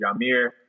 Yamir